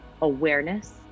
awareness